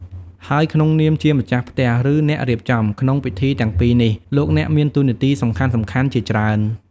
ហើយក្នុងនាមជាម្ចាស់ផ្ទះ ឬ អ្នករៀបចំ ក្នុងពិធីទាំងពីរនេះ លោកអ្នកមានតួនាទីសំខាន់ៗជាច្រើន។